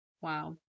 Wow